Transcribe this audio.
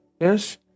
Yes